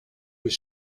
was